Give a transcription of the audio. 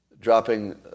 dropping